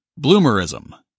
Bloomerism